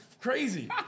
crazy